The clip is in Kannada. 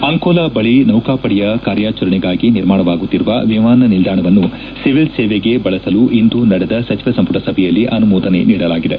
ಅಂಕೋಲಾ ಬಳಿ ಸೌಕಾಪಡೆಯ ಕಾರ್ಯಾಚರಣೆಗಾಗಿ ನಿರ್ಮಾಣವಾಗುತ್ತಿರುವ ವಿಮಾನ ನಿಲ್ದಾಣವನ್ನು ಸಿವಿಲ್ ಸೇವೆಗೆ ಬಳಸಲು ಇಂದು ನಡೆದ ಸಚಿವ ಸಂಪುಟ ಸಭೆಯಲ್ಲಿ ಅನುಮೋದನೆ ನೀಡಲಾಗಿದೆ